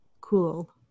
cool